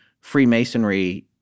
Freemasonry